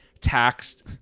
taxed